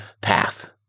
path